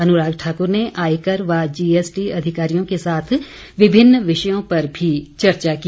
अनुराग ठाकुर ने आयकर व जीएसटी अधिकारियों के साथ विभिन्न विषयों पर भी चर्चा की